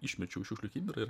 išmečiau į šiukšlių kibirą